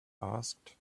asked